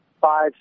five